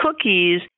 cookies